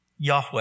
Yahweh